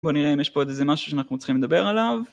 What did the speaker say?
בואו נראה אם יש פה עוד איזה משהו שאנחנו צריכים לדבר עליו